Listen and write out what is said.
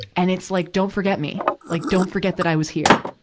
and it's, like, don't forget me. like, don't forget that i was here.